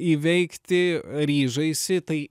įveikti ryžaisi tai